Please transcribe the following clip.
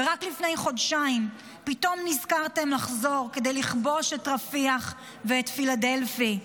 ורק לפני חודשיים פתאום נזכרתם לחזור כדי לכבוש את רפיח ואת פילדלפי?